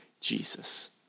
Jesus